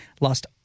lost